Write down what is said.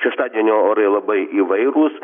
šeštadienio orai labai įvairūs